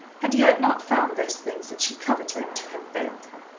had yet not found those things that she coveted to have failed her.